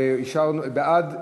בעד,